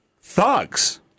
thugs